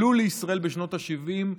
עלו לישראל בשנות השבעים,